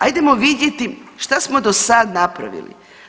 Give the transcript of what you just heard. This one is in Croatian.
Ajdemo vidjeti što smo do sada napravili.